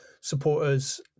supporters